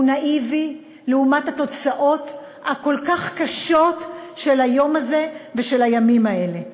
הוא נאיבי לעומת התוצאות הכל-כך קשות של היום הזה ושל הימים האלה.